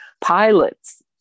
pilots